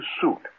suit